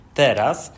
teraz